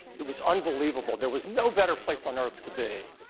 it was unbelievable. there was no better place on earth to be.